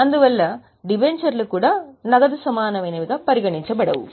అందువల్ల డిబెంచర్లు కూడా నగదు సమానమైనవిగా పరిగణించబడవు